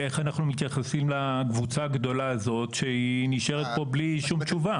איך אנחנו מתייחסים לקבוצה הגדולה הזאת שהיא נשארת כאן בלי תשובה?